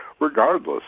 regardless